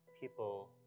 people